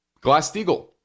Glass-Steagall